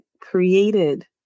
created